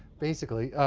basically.